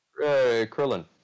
Krillin